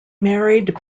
married